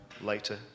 later